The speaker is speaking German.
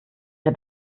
der